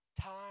time